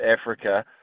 Africa